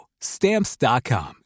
Stamps.com